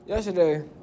Yesterday